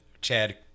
Chad